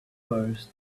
first